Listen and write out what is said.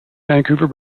vancouver